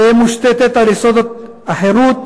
תהא מושתתת על יסודות החירות,